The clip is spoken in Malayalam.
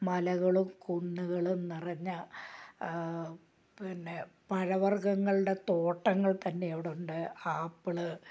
മലകളും കുന്നുകളും നിറഞ്ഞ പിന്നെ പഴ വർഗങ്ങളുടെ തോട്ടങ്ങൾ തന്നെ അവിടെ ഉണ്ട് ആപ്പിള്